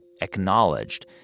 acknowledged